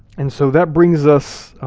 and so that brings us,